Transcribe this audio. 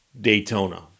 Daytona